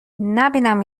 نبینم